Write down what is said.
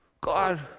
God